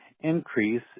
increase